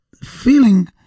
feeling